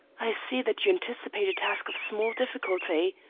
i see that you anticipate a task of small difficulty.